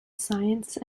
science